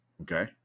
okay